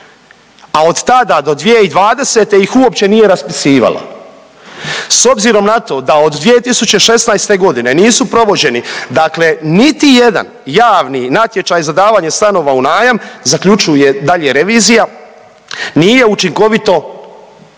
a od tada do 2020. ih uopće nije raspisivala. S obzirom na to da od 2016. godine nisu provođeni dakle niti jedan javni natječaj za davanje stanova u najam zaključuje dalje revizija nije učinkovito upravljala